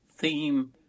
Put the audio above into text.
theme